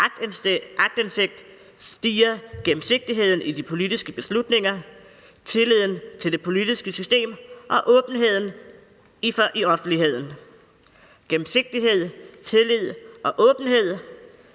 aktindsigt stiger gennemsigtigheden i de politiske beslutninger og tilliden til det politiske system og åbenheden i offentligheden – gennemsigtighed, tillid og åbenhed.